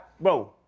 Bro